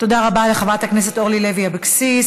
תודה רבה לחברת הכנסת אורלי לוי אבקסיס.